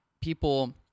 people